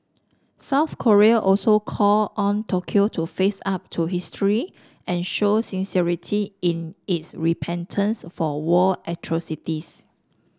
South Korea also called on Tokyo to face up to history and show sincerity in its repentance for war atrocities